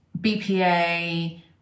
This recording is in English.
BPA